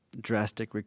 drastic